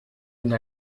une